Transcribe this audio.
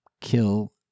kill